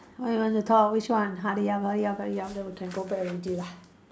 what you want to talk which one hurry up hurry up hurry up then we can go back already lah